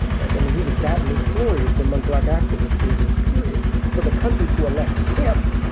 right. i mean, he was that notorious among black activists during this period for the country to elect him,